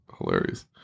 hilarious